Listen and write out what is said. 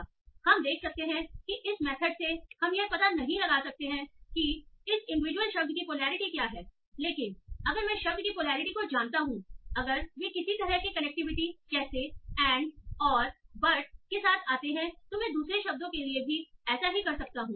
इसलिए हम देख सकते हैं कि इस मेथड से हम यह पता नहीं लगा सकते हैं कि इस इंडिविजुअल शब्द की पोलैरिटी क्या है लेकिन अगर मैं एक शब्द की पोलैरिटी को जानता हूं अगर वे किसी तरह के कनेक्टिविटी जैसे एंड और बट के साथ आते हैं तो मैं दूसरे शब्दों के लिए भी ऐसा ही कर सकता हूं